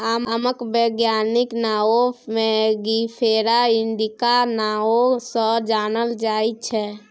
आमक बैज्ञानिक नाओ मैंगिफेरा इंडिका नाओ सँ जानल जाइ छै